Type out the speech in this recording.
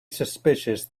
suspicious